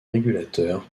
régulateur